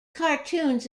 cartoons